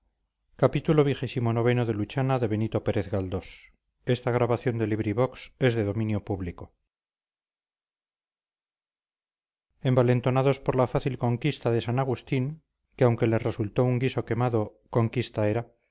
envalentonados por la fácil conquista de san agustín que aunque les resultó un guiso quemado conquista era